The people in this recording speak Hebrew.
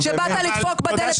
כי זה מוביל לאסון,